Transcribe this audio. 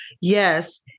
Yes